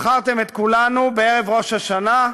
מכרתם את כולנו בערב ראש השנה,